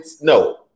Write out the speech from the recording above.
No